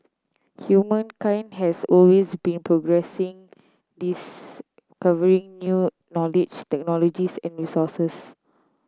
humankind has always been progressing discovering new knowledge technologies and resources